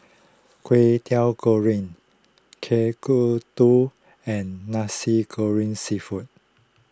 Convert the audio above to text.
Kway Teow Goreng Kueh Kodok and Nasi Goreng Seafood